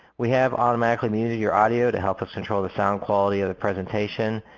we have automatically muted your audio to help us control the sound quality of the presentation.